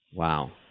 Wow